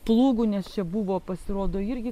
plūgų nes čia buvo pasirodo irgi